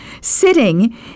sitting